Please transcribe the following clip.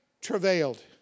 travailed